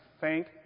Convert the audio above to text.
thank